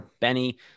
Benny